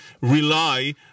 rely